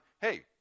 hey